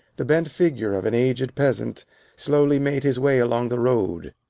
the bent figure of an aged peasant slowly made his way along the road.